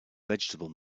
vegetable